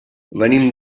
venim